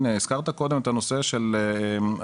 הנה הזכרת קודם את הנושא של הערבה,